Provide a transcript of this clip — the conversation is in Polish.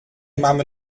mamy